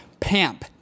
PAMP